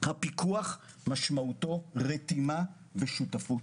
שהפיקוח משמעותו רתימה ושותפות,